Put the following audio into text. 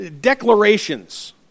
declarations